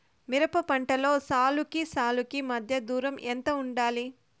మిరప పంటలో సాలుకి సాలుకీ మధ్య దూరం ఎంత వుండాలి?